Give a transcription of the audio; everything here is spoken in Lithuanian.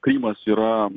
krymas yra